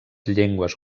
llengües